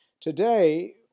Today